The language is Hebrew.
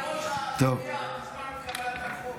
איימן עודה,